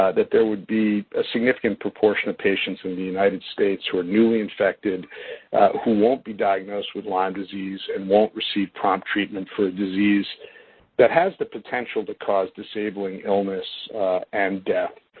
that there would be a significant proportion of patients in the united states who are newly infected who won't be diagnosed with lyme disease and won't receive prompt treatment for a disease that has the potential to cause disabling illness and death.